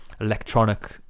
electronic